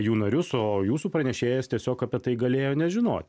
jų narius o jūsų pranešėjas tiesiog apie tai galėjo nežinot